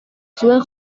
zuen